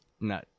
No